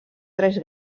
tres